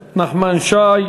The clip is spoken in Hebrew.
הוא שוב יוצר חריגים,